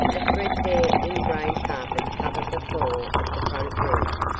a threadbare ingrain carpet covered the floor of the front room.